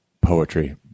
poetry